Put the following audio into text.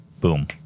Boom